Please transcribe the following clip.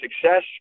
success